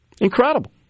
Incredible